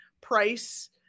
price